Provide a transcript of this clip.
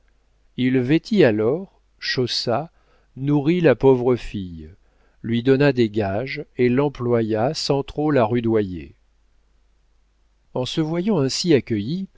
il vêtit alors chaussa nourrit la pauvre fille lui donna des gages et l'employa sans trop la rudoyer en se voyant ainsi accueillie